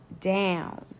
down